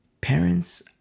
Parents